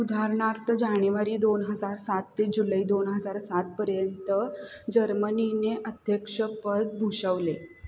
उदाहरणारार्त जाणेवारी दोन हजार सात ते जुलै दोन हजार सातपर्यंत जर्मनीने अध्य्यक्षपद भूषवले